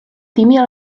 timmy